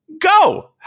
Go